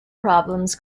problems